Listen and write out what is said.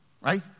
right